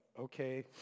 Okay